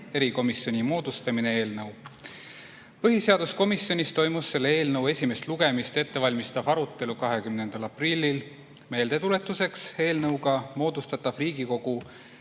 erikomisjoni moodustamine" eelnõu. Põhiseaduskomisjonis toimus selle eelnõu esimest lugemist ette valmistav arutelu 20. aprillil. Meeldetuletuseks: eelnõu kohaselt moodustatav Riigikogu